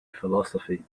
philosophy